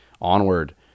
onward